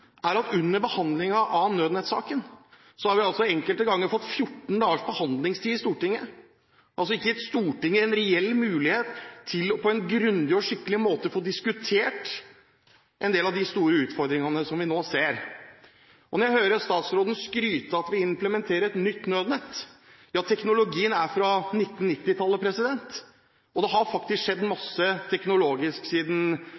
er at vi under behandlingen av nødnettsaken enkelte ganger har fått 14 dagers behandlingstid i Stortinget. Stortinget er ikke gitt en reell mulighet til på en grundig og skikkelig måte å få diskutere en del av de store utfordringene som vi nå ser. Når jeg hører statsråden skryte av at vi implementerer et nytt nødnett: Ja, teknologien er fra 1990-tallet, og det har faktisk skjedd masse teknologisk siden